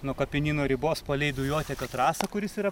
nuo kapinyno ribos palei dujotiekio trasą kuris yra